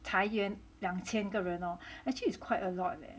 裁员两千个人 lor actually is quite a lot leh